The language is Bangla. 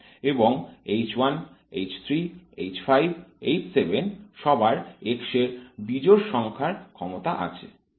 এবং H 1 H 3 H 5 H 7 সবার x এর বিজোড় সংখ্যায় ক্ষমতা আছে